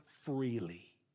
freely